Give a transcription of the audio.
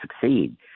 succeed